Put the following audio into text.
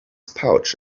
pouch